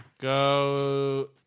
Go